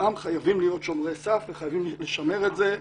מטבעם חייבים להיות שומרי סף, וחייבים לשמר את זה.